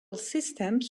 systems